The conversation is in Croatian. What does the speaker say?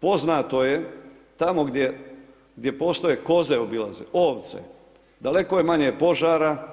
Poznato je, tamo gdje postaje koze, obilaze, ovce, daleko je manje požara,